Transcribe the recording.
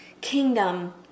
kingdom